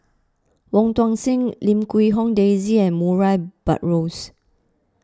Wong Tuang Seng Lim Quee Hong Daisy and Murray Buttrose